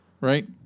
Right